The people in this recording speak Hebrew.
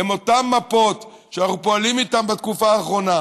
הן אותן מפות שאנחנו פועלים איתן בתקופה האחרונה,